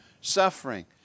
suffering